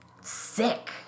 sick